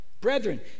brethren